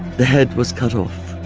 the head was cut off.